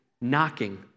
knocking